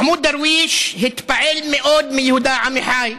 מחמוד דרוויש התפעל מאוד מיהודה עמיחי,